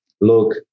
look